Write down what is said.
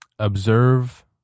Observe